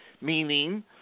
Meaning